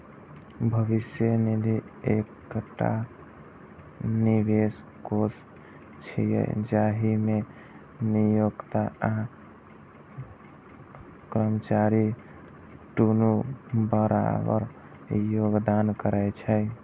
भविष्य निधि एकटा निवेश कोष छियै, जाहि मे नियोक्ता आ कर्मचारी दुनू बराबर योगदान करै छै